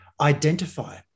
identify